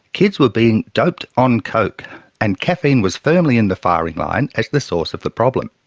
kids were being doped on coke and caffeine was firmly in the firing line as the source of the problem.